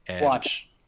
Watch